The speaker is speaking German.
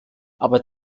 aber